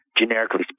Generically